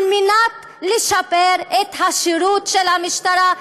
ועל מנת לשפר את השירות של המשטרה,